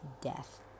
death